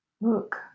Look